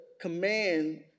command